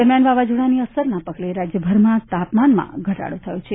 દરમિયાન વાવાઝોડાની અસરના પગલે રાજ્યભરમાં તાપમાનમાં નોંધપાત્ર ઘટાડો થયો છે